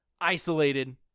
isolated